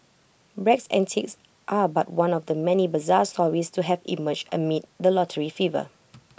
Bragg's antics are but one of the many bizarre stories to have emerged amid the lottery fever